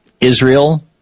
Israel